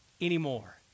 anymore